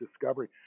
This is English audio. discovery